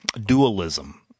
dualism